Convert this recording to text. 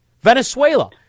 venezuela